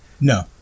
no